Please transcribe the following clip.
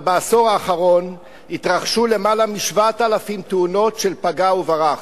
אבל בעשור האחרון התרחשו למעלה מ-7,000 תאונות של פגע וברח.